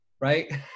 right